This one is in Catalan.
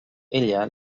ella